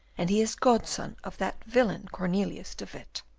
and he is godson of that villain cornelius de witt.